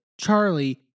Charlie